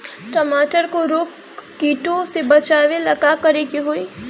टमाटर को रोग कीटो से बचावेला का करेके होई?